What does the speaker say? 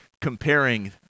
comparing